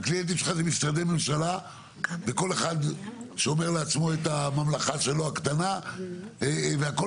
יש לך את משרדי הממשלה וכל אחד שומר לעצמו את הממלכה הקטנה שלו והדבר